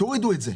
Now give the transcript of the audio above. תורידו את זה.